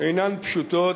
אינן פשוטות,